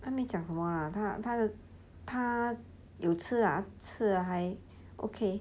他没讲什么 ah 他有吃吃了还 okay